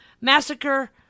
Massacre